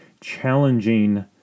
challenging